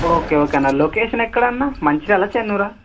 okay okay అన్న location ఎక్కడన్న మంచిర్యాల చెన్నూరా